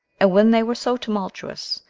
and when they were so tumultuous,